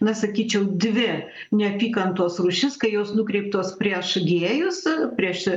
na sakyčiau dvi neapykantos rūšis kai jos nukreiptos prieš gėjus prieš